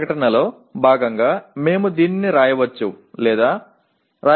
இதை நாம் CO அறிக்கையின் ஒரு பகுதியாக எழுதலாம் அல்லது எழுதக்கூடாது